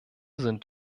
sind